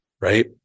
right